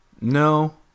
No